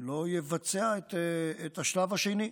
שלא יבצעו את השלב השני,